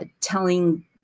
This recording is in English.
telling